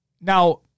Now